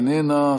איננה,